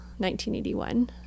1981